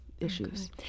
issues